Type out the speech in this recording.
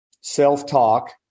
self-talk